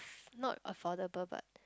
not affordable but